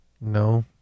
No